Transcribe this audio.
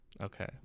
okay